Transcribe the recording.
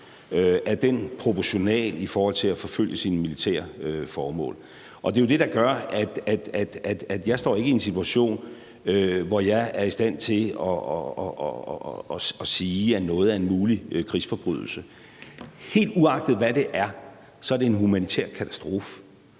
Er den proportional i forhold til at forfølge sine militære formål? Det er jo det, der gør, at jeg ikke står i en situation, hvor jeg er i stand til at sige, at noget er en mulig krigsforbrydelse. Helt uagtet hvad det er, er det en humanitær katastrofe.